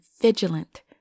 vigilant